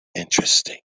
Interesting